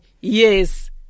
yes